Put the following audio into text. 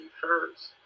first